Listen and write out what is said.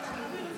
אדוני היושב-ראש.